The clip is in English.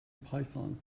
python